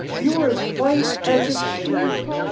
you were as white as a sheet!